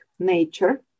nature